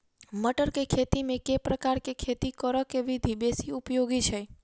मटर केँ खेती मे केँ प्रकार केँ खेती करऽ केँ विधि बेसी उपयोगी छै?